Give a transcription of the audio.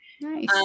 Nice